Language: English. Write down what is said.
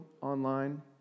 online